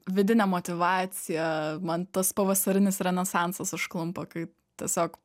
vidine motyvacija man tas pavasarinis renesansas užklumpa kai tiesiog